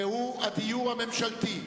הדיור הממשלתי.